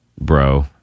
Bro